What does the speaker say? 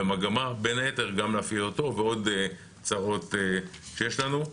במטרה בין היתר להפעיל אותו ועוד הוצאות שיש לנו.